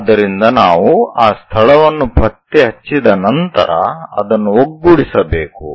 ಆದ್ದರಿಂದ ನಾವು ಆ ಸ್ಥಳವನ್ನು ಪತ್ತೆಹಚ್ಚಿದ ನಂತರ ಅದನ್ನು ಒಗ್ಗೂಡಿಸಬೇಕು